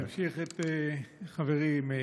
אני אמשיך את חברי מאיר.